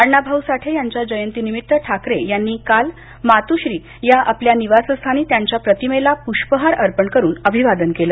अण्णाभाऊ साठे यांच्या जयंतीनिमित्त ठाकरे यांनी काल मात्ःश्री या आपल्या निवासस्थानी त्यांच्या प्रतिमेला पुष्पहार अर्पण करून अभिवादन केलं